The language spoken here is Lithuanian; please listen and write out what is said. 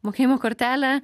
mokėjimo kortelę